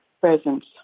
presence